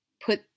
put